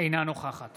אינה נוכחת